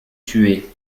tué